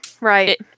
right